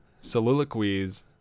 soliloquies